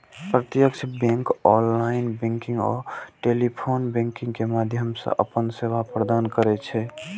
प्रत्यक्ष bank online banking आ telephone banking के माध्यम सं अपन सेवा प्रदान करै छै